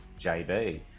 JB